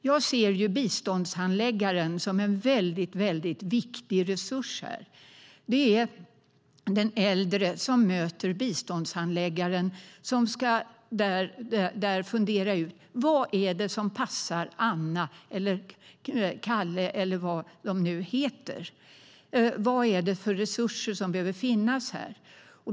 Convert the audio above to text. Jag ser ju biståndshandläggaren som en väldigt viktig resurs. Den äldre möter biståndshandläggaren som ska fundera ut vad det är som passar Anna, Kalle eller vad de nu heter. Vad är det för resurser som behöver finnas här?